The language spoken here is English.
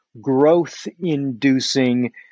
growth-inducing